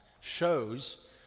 shows